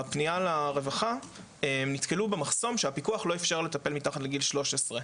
בפניה לרווחה נתקלו במחסום שהפיקוח לא אפשר לטפל מתחת לגיל שלוש עשרה.